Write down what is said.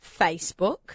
Facebook